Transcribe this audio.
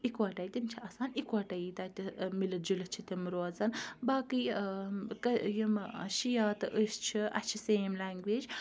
اِکوَٹَے تِم چھِ آسان اِکوَٹَے یی تَتہِ مِلِتھ جُلِتھ چھِ تِم روزان باقٕے یِم شِیَہہ تہٕ أسۍ چھِ اَسہِ چھِ سیم لینٛگویج